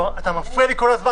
אתה מפריע לי כל הזמן.